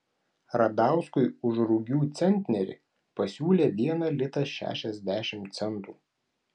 radauskui už rugių centnerį pasiūlė vieną litą šešiasdešimt centų